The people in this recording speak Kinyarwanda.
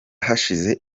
hashize